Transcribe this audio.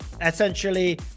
essentially